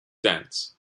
dance